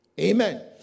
Amen